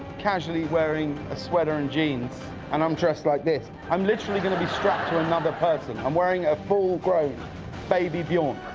casually wearing a sweater and jeans and i'm dressed like this. i'm literally going to be strapped to another person. i'm wearing a full clothed baby bjorn.